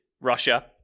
Russia